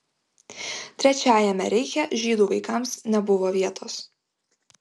trečiajame reiche žydų vaikams nebuvo vietos